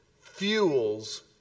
fuels